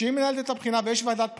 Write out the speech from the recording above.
היא מנהלת את הבחינה, ויש וועדת בחינה.